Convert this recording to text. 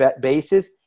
basis